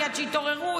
עד שיתעוררו,